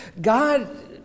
God